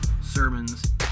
sermons